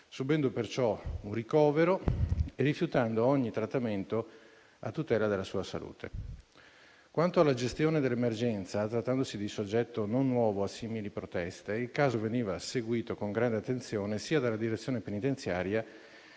subendo perciò un ricovero e rifiutando ogni trattamento a tutela della sua salute. Quanto alla gestione dell'emergenza, trattandosi di soggetto non nuovo a simili proteste, il caso veniva seguito con grande attenzione sia dalla direzione penitenziaria